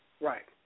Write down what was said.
Right